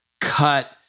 cut